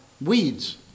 weeds